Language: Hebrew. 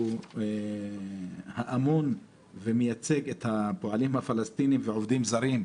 שהוא האמון ומייצג את הפועלים הפלסטינים והעובדים הזרים,